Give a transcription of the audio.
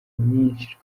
nyinshi